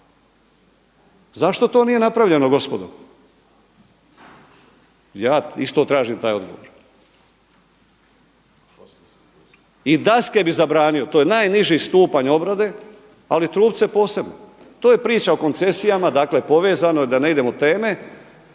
Zašto to nije napravljeno gospodo, ja isto tražim taj odgovor. I daske bi zabranio, to je najniži stupanj obrade, ali trupce posebno. To je priča o koncesijama, dakle povezano je da ne idemo od teme,